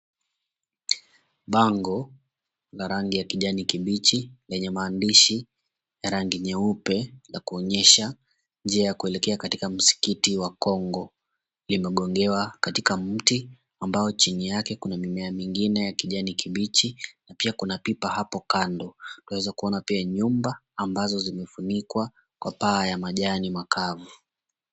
Bango la rangi ya kijani kibichi lenye maandishi ya rangi nyeupe la kuonyesha njia ya kuelekea katika msikiti wa Kongo, limegongewa katika mti, ambao chini yake kuna mimea mingine ya kijani kibichi na pia kuna pipa hapo kando. Twaweza kuona pia nyumba ambazo zimefunikwa kwa paa ya majani makavu.